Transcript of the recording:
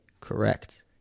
Correct